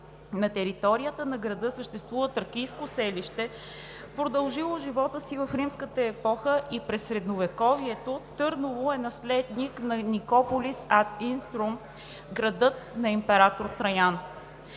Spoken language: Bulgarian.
на територията на града съществува тракийско селище, продължило живота си в римската епоха, и през Средновековието Търново е наследник на Никополис ад Иструм – града на император Траян.